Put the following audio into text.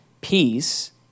peace